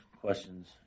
questions